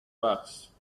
backs